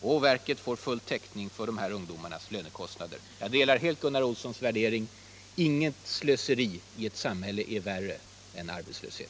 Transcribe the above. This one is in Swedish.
och verket får full täckning för lönekostnaderna för dessa ungdomar. Jag delar helt Gunnar Olssons värdering: Inget slöseri i ett samhälle är värre än arbetslöshet!